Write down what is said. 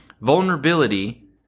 Vulnerability